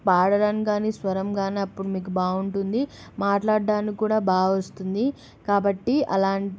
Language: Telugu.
పాడటానికి కానీ స్వరం కానీ అప్పుడు మీకు బాగుంటుంది మాట్లాడ్డాన్నీ కూడా బాగా వస్తుంది కాబట్టి అలాంటి